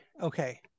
Okay